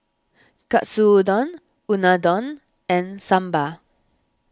Katsudon Unadon and Sambar